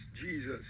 Jesus